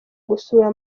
gusura